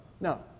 no